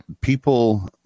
people